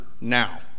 now